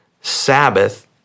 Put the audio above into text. Sabbath